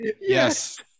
Yes